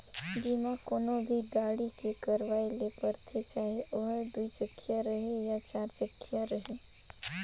बीमा कोनो भी गाड़ी के करवाये ले परथे चाहे ओहर दुई चकिया रहें या चार चकिया रहें